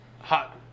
hot